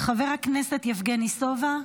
חבר הכנסת יבגני סובה,